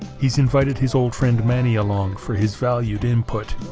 he's invited his old friend manny along for his valued input,